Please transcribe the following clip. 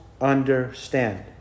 understand